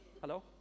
Hello